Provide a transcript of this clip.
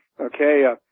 okay